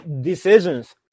decisions